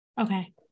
Okay